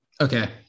Okay